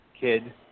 kid